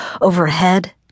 overhead